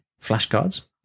flashcards